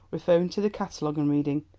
referring to the catalogue and reading,